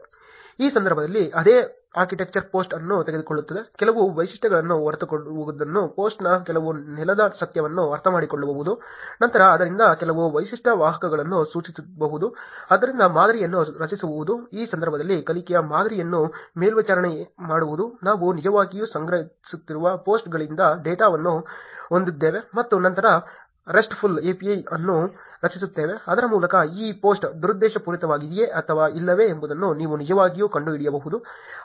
ಈ ಸಂದರ್ಭದಲ್ಲಿ ಅದೇ ಆರ್ಕಿಟೆಕ್ಚರ್ ಪೋಸ್ಟ್ ಅನ್ನು ತೆಗೆದುಕೊಳ್ಳುತ್ತದೆ ಕೆಲವು ವೈಶಿಷ್ಟ್ಯಗಳನ್ನು ಹೊರತೆಗೆಯುವುದು ಪೋಸ್ಟ್ನ ಕೆಲವು ನೆಲದ ಸತ್ಯವನ್ನು ಅರ್ಥಮಾಡಿಕೊಳ್ಳುವುದು ನಂತರ ಅದರಿಂದ ಕೆಲವು ವೈಶಿಷ್ಟ್ಯ ವಾಹಕಗಳನ್ನು ರಚಿಸುವುದು ಅದರಿಂದ ಮಾದರಿಯನ್ನು ರಚಿಸುವುದು ಈ ಸಂದರ್ಭದಲ್ಲಿ ಕಲಿಕೆಯ ಮಾದರಿಯನ್ನು ಮೇಲ್ವಿಚಾರಣೆ ಮಾಡುವುದು ನಾವು ನಿಜವಾಗಿಯೂ ಸಂಗ್ರಹಿಸುತ್ತಿರುವ ಪೋಸ್ಟ್ಗಳಿಂದ ಡೇಟಾವನ್ನು ಹೊಂದಿದ್ದೇವೆ ಮತ್ತು ನಂತರ RESTful API ಅನ್ನು ರಚಿಸುತ್ತೇವೆ ಅದರ ಮೂಲಕ ಈ ಪೋಸ್ಟ್ ದುರುದ್ದೇಶಪೂರಿತವಾಗಿದೆಯೇ ಅಥವಾ ಇಲ್ಲವೇ ಎಂಬುದನ್ನು ನೀವು ನಿಜವಾಗಿಯೂ ಕಂಡುಹಿಡಿಯಬಹುದು